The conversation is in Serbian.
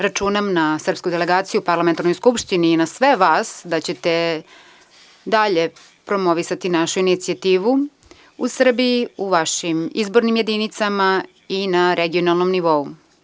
Računam na srpsku delegaciju u Parlamentarnoj skupštini i na sve vas da ćete dalje promovisati našu inicijativu u Srbiji, u vašim izbornim jedinicama i na regionalnom nivou.